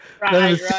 Right